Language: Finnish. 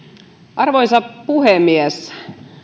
arvoisa puhemies